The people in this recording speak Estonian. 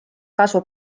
kasu